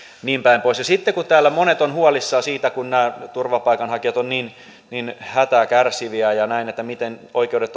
niinpäin pois sitten kun täällä monet ovat huolissaan siitä että nämä turvapaikanhakijat ovat niin niin hätää kärsiviä ja näin ja siitä miten oikeudet